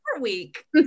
week